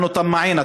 אנחנו "טמאעין".